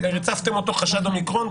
ריצפתם אותו עם חשד ל-אומיקרון,